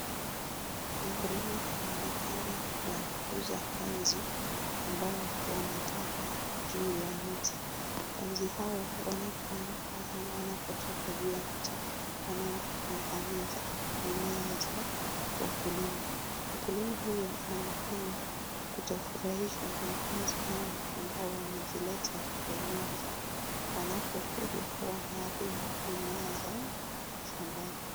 Mkulima anaonekana kuwafukuza panzi ambao wametanda juu ya mti. Panzi hao wanapoamka ama wanapotoka juu ya mti, wanaenda kuangamiza mimea za wakulima. Mkulima huyo anaonekana kutofurahishwa na panzi hao ambao wamejileta kwa wingi wanapokuja, wanaharibu mimea za shambani.